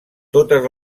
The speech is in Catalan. totes